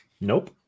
Nope